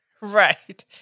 Right